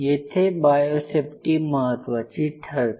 येथे biosafety महत्त्वाची ठरते